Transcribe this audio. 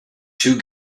two